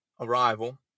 arrival